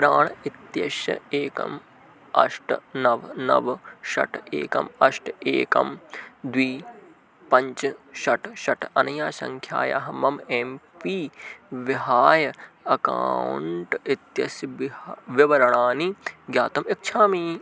प्राण् इत्यस्य एकम् अष्ट नव नव षट् एकम् अष्ट एकं द्वि पञ्च षट् षट् अनया सङ्ख्यायाः मम एम् पी विहाय अकौण्ट् इत्यस्य बिह् विवरणानि ज्ञातुम् इच्छामि